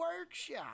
Workshop